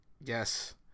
Yes